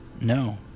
No